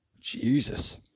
Jesus